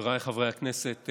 חבריי חברי הכנסת,